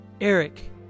Eric